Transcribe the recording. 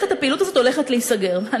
הפעילות הזאת הולכת להיסגר.